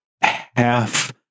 half